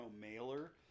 mailer